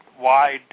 wide